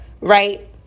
right